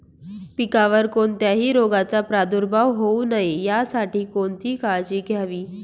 पिकावर कोणत्याही रोगाचा प्रादुर्भाव होऊ नये यासाठी कोणती काळजी घ्यावी?